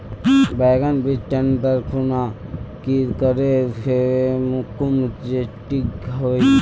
बैगन बीज टन दर खुना की करे फेकुम जे टिक हाई?